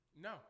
No